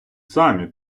самі